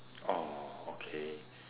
oh okay